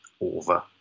over